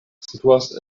situas